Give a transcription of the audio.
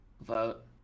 vote